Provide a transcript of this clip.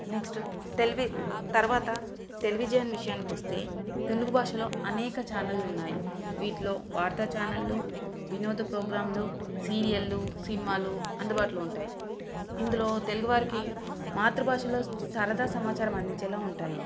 next తర్వాత television విషయానికి వస్తే తెలుగు భాషలో అనేక ఛానళ్లు ఉన్నాయి వీటిలో వార్తా ఛానళ్ళు వినోద ప్రోగ్రాంలు సీరియళ్లు సినిమాలు అందుబాటులో ఉంటాయి ఇందులో తెలుగువారికి మాతృభాషలో సరదా సమాచారం అందించేలా ఉంటాయి